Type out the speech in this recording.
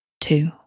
two